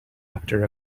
after